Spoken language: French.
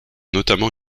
notamment